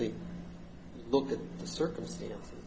think look at the circumstances